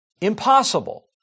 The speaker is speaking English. Impossible